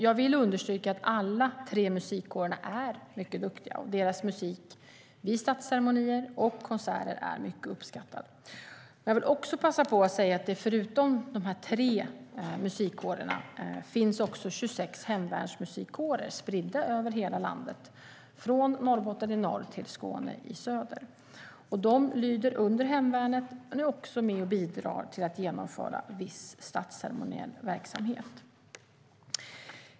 Jag vill understryka att alla tre musikkårerna är mycket duktiga. Deras musik vid statsceremonier och konserter är mycket uppskattad. Jag vill passa på att säga att det förutom de tre musikkårerna också finns 26 hemvärnsmusikkårer spridda över hela landet från Norrbotten i norr till Skåne i söder. De lyder under hemvärnet och är med och bidrar till att genomföra viss statsceremoniell verksamhet.